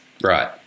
Right